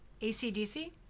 ACDC